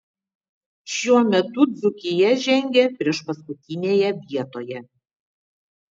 šiuo metu dzūkija žengia priešpaskutinėje vietoje